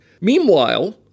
Meanwhile